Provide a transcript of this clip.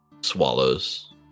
swallows